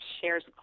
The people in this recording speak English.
shares